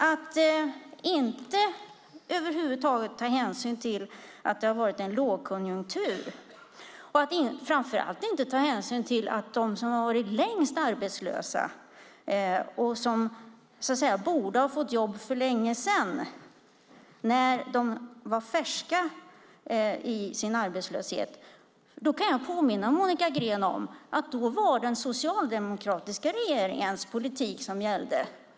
Om man inte över huvud taget tar hänsyn till att det har varit en lågkonjunktur och framför allt inte tar hänsyn till att de som har varit arbetslösa längst och borde ha fått jobb för länge sedan, när de var färska i sin arbetslöshet, då kan jag påminna Monica Green om att det var den socialdemokratiska regeringens politik som gällde då.